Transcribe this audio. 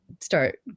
start